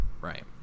right